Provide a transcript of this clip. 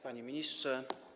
Panie Ministrze!